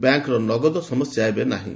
ବ୍ୟାଙ୍କର ନଗଦ ସମସ୍ୟା ଏବେ ନାହିଁ